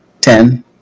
Ten